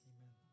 Amen